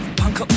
punk